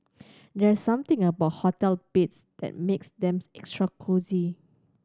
there's something about hotel beds that makes them extra cosy